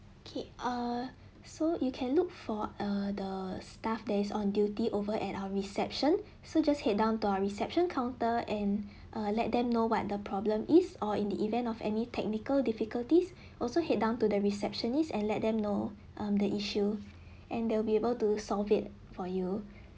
okay uh so you can look for err the staff that is on duty over at our reception so just head down to our reception counter and let them know what the problem is or in the event of any technical difficulties also head down to the receptionist and let them know um the issue and they'll be able to solve it for you